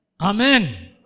Amen